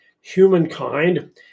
humankind